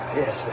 yes